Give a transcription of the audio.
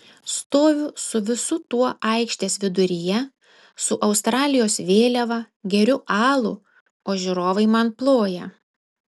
stoviu su visu tuo aikštės viduryje su australijos vėliava geriu alų o žiūrovai man ploja